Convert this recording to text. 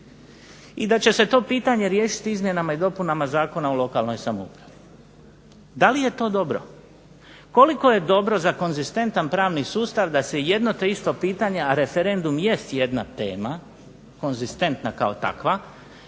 i da će se to pitanje riješiti izmjenama i dopunama Zakona o lokalnoj samoupravi. Da li je to dobro? Koliko je dobro za konzistentan pravni sustav da se jedno te isto pitanje, a referendum jest jedna tema, konzistentna kao takva,